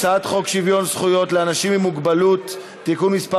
הצעת חוק שוויון זכויות לאנשים עם מוגבלות (תיקון מס'